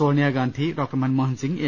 Sonia Gandhi doctor Manmohan Singh A